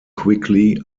quickly